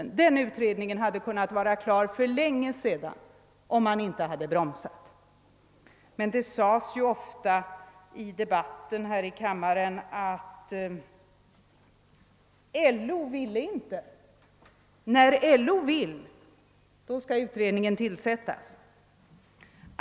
En sådan utredning hade kunnat vara klar för länge sedan om man inte hade bromsat från det hållet. Det sades ofta i debatten här i kammaren att LO inte ville ha en utredning. När LO önskade detta skulle en utredning tillsättas.